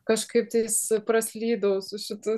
kažkaip tais praslydau su šitų